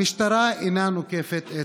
המשטרה אינה נוקפת אצבע.